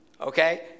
okay